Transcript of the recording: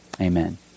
Amen